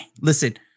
Listen